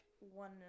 one